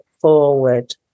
forward